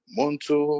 Monto